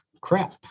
crap